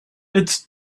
it’s